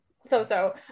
so-so